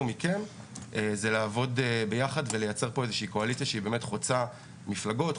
מכם היא לעבוד יחד וליצור פה קואליציה חוצה מפלגות,